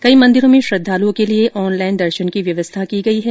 कई मंदिरों में श्रद्वालुओं के लिए ऑनलाईन दर्शन की व्यवस्था की गई है